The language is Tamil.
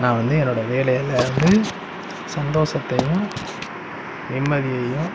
நான் வந்து என்னோட வேலையில் வந்து சந்தோஷத்தையும் நிம்மதியையும்